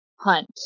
hunt